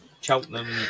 Cheltenham